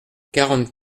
quarante